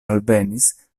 alvenis